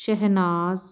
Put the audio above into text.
Shehnaaz